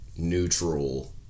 Neutral